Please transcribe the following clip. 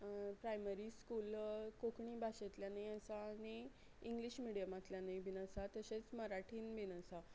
primary school कोंकणी भाशेंतल्यानूय आसा आनी इंग्लीश मिडयमांतल्यानूय बीन आसा तशेंच मराठीन बीन आसा